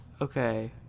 Okay